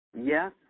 Yes